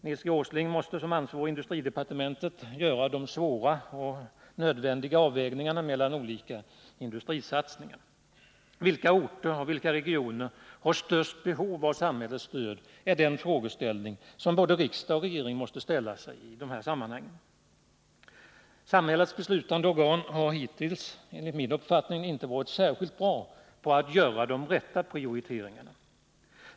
Nils Åsling måste som ansvarig för industridepartementet göra de svåra men nödvändiga avvägningarna mellan olika industrisatsningar. Vilka orter och regioner som har störst behov av samhällets stöd är den fråga som både riksdag och regering måste ställa sig. Samnällets beslutande organ har enligt min uppfattning hittills inte varit särskilt bra på att göra de rätta prioriteringarna.